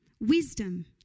Wisdom